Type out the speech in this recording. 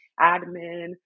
admin